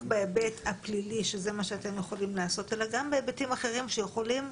בהיבט הפלילי שזה מה שאתם יכולים לעשות אלא גם בהיבטים אחרים שיכולים